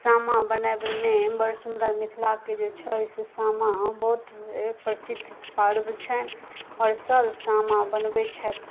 सामा बनाबैमे बड़ सुन्दर मिथिलाके जे छै से सामा बहुत प्रसिद्ध पर्व छनि आओर सभ सामा बनबै छथि